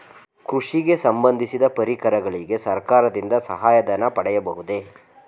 ಕೃಷಿಗೆ ಸಂಬಂದಿಸಿದ ಪರಿಕರಗಳಿಗೆ ಸರ್ಕಾರದಿಂದ ಸಹಾಯ ಧನ ಪಡೆಯಬಹುದೇ?